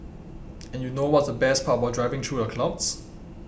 and you know what's the best part about driving through the clouds